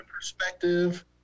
perspective